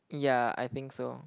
ya I think so